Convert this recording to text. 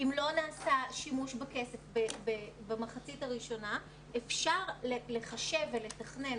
אם לא נעשה שימוש בכסף במחצית הראשונה אפשר לחשב ולתכנן